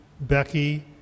Becky